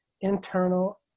internal